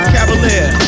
Cavalier